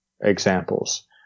examples